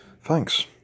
Thanks